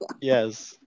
yes